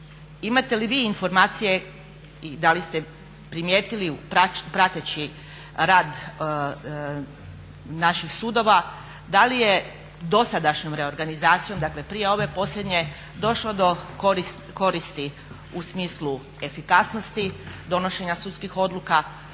imate li vi informacije i da li ste primijetili prateći rad naših sudova da li je dosadašnjom reorganizacijom dakle prije ove posljednje došlo do koristi u smislu efikasnosti donošenja sudskih odluka,